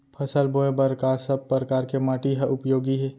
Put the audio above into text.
फसल बोए बर का सब परकार के माटी हा उपयोगी हे?